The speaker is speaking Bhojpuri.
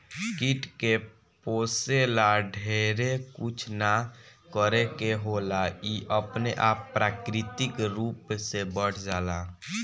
कीट के पोसे ला ढेरे कुछ ना करे के होला इ अपने आप प्राकृतिक रूप से बढ़ जाला